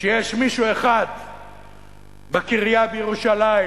שיש מישהו אחד בקריה בירושלים